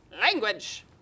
language